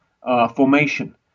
formation